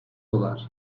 dolar